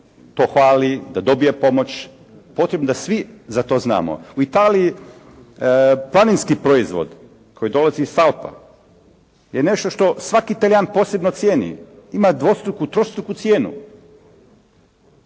pohvali, da dobije pomoć. Potrebno je da svi za to znamo. U Italiji planinski proizvod koji dolazi iz Alpa je nešto što svaki Talijan posebno cijeni. Ima dvostruku, trostruku cijenu.